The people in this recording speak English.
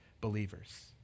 believers